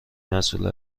مسئول